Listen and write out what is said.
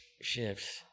shifts